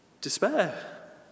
despair